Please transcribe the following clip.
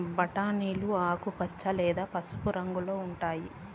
బఠానీలు ఆకుపచ్చ లేదా పసుపు రంగులో ఉంటాయి